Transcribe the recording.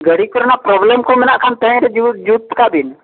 ᱜᱟᱹᱰᱤ ᱠᱚᱨᱮᱱᱟᱜ ᱯᱨᱚᱵᱞᱮᱢ ᱠᱚ ᱢᱮᱱᱟᱜ ᱠᱷᱟᱱ ᱛᱮᱦᱮᱧ ᱨᱮ ᱡᱩᱛ ᱡᱩᱛ ᱠᱟᱜ ᱵᱤᱱ